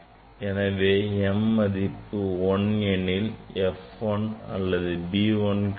எனவே m மதிப்பு 1 எனில் நமக்கு f 1 or b 1 கிடைக்கும்